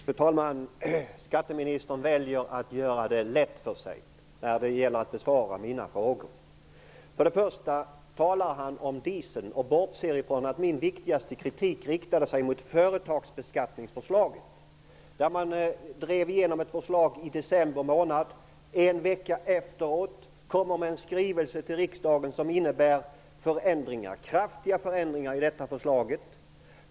Fru talman! Skatteministern väljer att göra det lätt för sig när det gäller att besvara mina frågor. Till att börja med talar han om dieseln och bortser ifrån att min viktigaste kritik riktade sig emot företagsbeskattningsförslaget. Man drev igenom ett förslag i december månad. En vecka senare kom man med en skrivelse till riksdagen som innebar kraftiga förändringar i det ursprungliga förslaget.